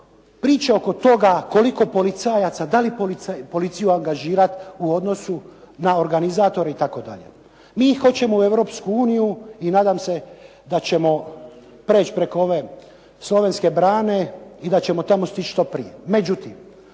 priče oko toga koliko policajaca, da li policiju angažirati u odnosu na organizatore itd.. Mi hoćemo u Europsku uniju i nadam se da ćemo preći preko ove slovenske brane i da ćemo tamo stići što prije.